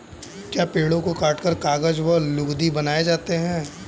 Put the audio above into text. क्या पेड़ों को काटकर कागज व लुगदी बनाए जाते हैं?